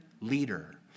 leader